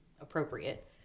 appropriate